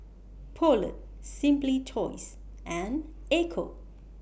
Poulet Simply Toys and Ecco